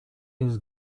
his